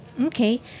okay